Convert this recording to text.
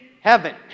heaven